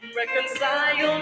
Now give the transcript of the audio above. reconcile